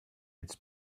its